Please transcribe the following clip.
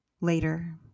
later